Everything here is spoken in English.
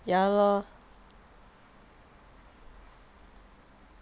ya lor